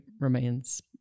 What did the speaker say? remains